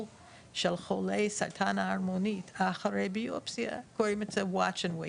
של חולי סרטן הערמונית אחרי ביופסיה קוראים לו להסתכל ולחכות,